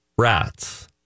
rats